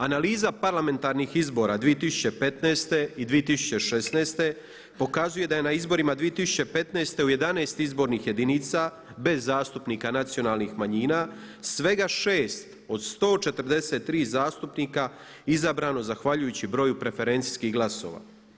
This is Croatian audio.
Analiza parlamentarnih izbora 2015. i 2016. pokazuje da je na izborima 2015. u 11 izbornih jedinica bez zastupnika nacionalnih manjina svega 6 od 143 zastupnika izabrano zahvaljujući broju preferencijskih glasova.